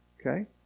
Okay